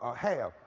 have.